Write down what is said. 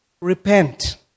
repent